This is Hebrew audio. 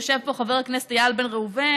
יושב פה חבר הכנסת איל בן ראובן,